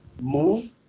move